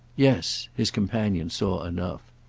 yes his companion saw enough.